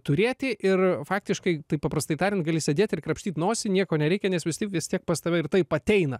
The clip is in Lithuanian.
turėti ir faktiškai tai paprastai tariant gali sėdėt ir krapštyt nosį nieko nereikia nes visi vis tiek pas tave ir taip ateina